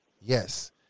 Yes